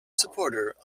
supporter